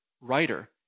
writer